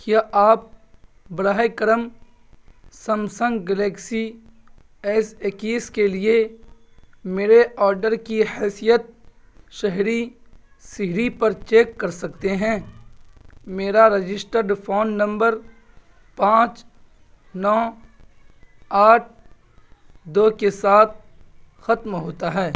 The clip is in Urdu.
کیا آپ براہ کرم سمسنگ گلیکسی ایس اکیس کے لیے میرے آرڈر کی حیثیت شہری سیڑھی پر چیک کر سکتے ہیں میرا رجسٹرڈ فون نمبر پانچ نو آٹھ دو کے ساتھ ختم ہوتا ہے